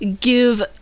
give